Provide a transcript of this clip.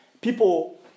People